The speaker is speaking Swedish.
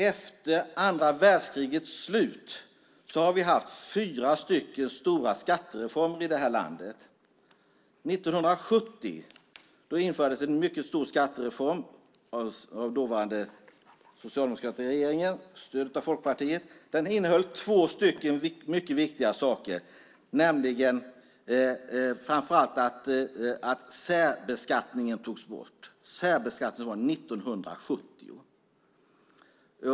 Efter andra världskrigets slut har vi haft fyra stora skattereformer i detta land. 1970 infördes en mycket stor skattereform av den dåvarande socialdemokratiska regeringen stödd av Folkpartiet. Den innehöll två mycket viktiga saker. Framför allt togs särbeskattningen bort. Detta var 1970.